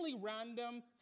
random